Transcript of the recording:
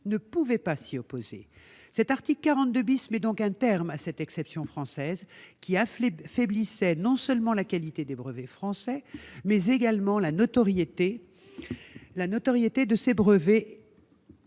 ne pouvait pas s'y opposer. L'article 42 met un terme à cette exception française, qui affaiblissait non seulement la qualité des brevets français, mais également leur notoriété sur le plan